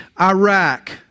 Iraq